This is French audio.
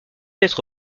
être